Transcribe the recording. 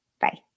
Bye